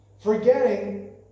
Forgetting